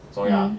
mm